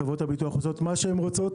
חברות הביטוח עושות מה שרוצות.